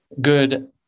good